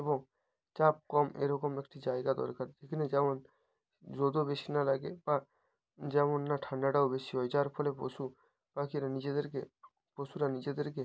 এবং চাপ কম এরকম একটি জায়গা দরকার যেখানে যেমন রোদও বেশি না লাগে বা যেমন না ঠান্ডাটাও বেশি হয় যার ফলে পশু পাখিরা নিজেদেরকে পশুরা নিজেদেরকে